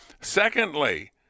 Secondly